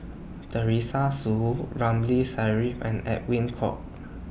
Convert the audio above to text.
Teresa Hsu Ramli Sarip and Edwin Koek